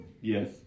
Yes